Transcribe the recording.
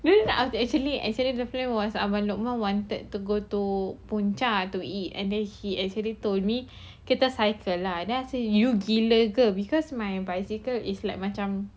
then after that actually actually was abang lukman wanted to go to puncak to eat and then he actually told me kita cycle lah but then I say you gila ke because my bicycle is like macam